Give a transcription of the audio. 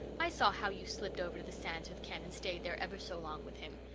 i saw how you slipped over to the sands with ken and stayed there ever so long with him.